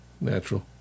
Natural